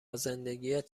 زندگیت